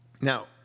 Now